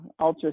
ultrasound